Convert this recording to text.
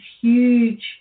huge